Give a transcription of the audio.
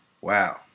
Wow